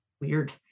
weird